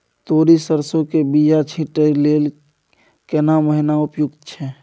तोरी, सरसो के बीया छींटै लेल केना महीना उपयुक्त छै?